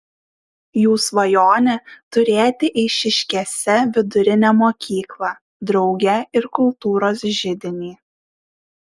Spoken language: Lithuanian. jų svajonė turėti eišiškėse vidurinę mokyklą drauge ir kultūros židinį